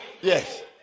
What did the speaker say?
Yes